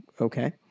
Okay